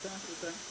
תודה.